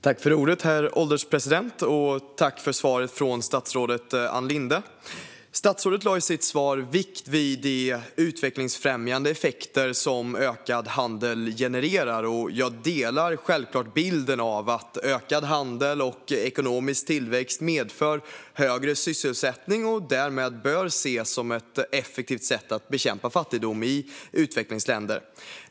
Herr ålderspresident! Tack för svaret från statsrådet Ann Linde! Statsrådet lade i sitt svar vikt vid de utvecklingsfrämjande effekter som ökad handel genererar. Jag delar självklart bilden att ökad handel och ekonomisk tillväxt medför högre sysselsättning och därmed bör ses som ett effektivt sätt att bekämpa fattigdom i utvecklingsländer.